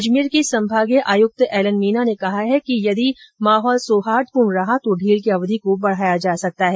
अजमेर के संभागीय आयुक्त एल एन मीना ने कहा कि यदि माहौल सौहार्दपूर्ण रहा तो ढील की अवधि को बढाया जा सकता है